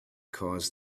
caused